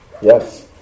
Yes